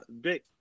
big